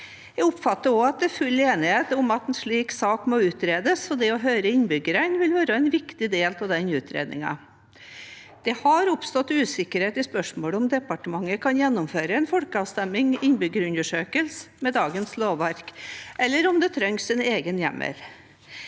Jeg oppfatter også at det er full enighet om at en slik sak må utredes, og det å høre innbyggerne vil være en viktig del av den utredningen. Det har oppstått usikkerhet i spørsmålet om departementet kan gjennomføre en folkeavstemning/innbyggerundersøkelse med dagens lovverk, eller om det trengs en egen hjemmel.